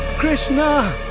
krishna